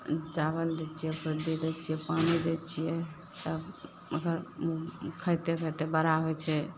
चावल दै छिए खुद्दी दै छिए पानी दै छिए तब मगर खाएते खाएते बड़ा होइ छै